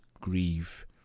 grieve